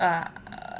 uh